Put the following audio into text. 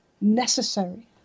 necessary